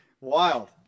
Wild